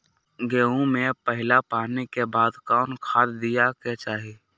गेंहू में पहिला पानी के बाद कौन खाद दिया के चाही?